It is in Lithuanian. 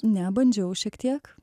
ne bandžiau šiek tiek